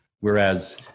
Whereas